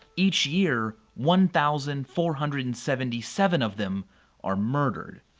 each year one thousand four hundred and seventy seven of them are murdered.